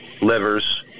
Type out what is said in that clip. livers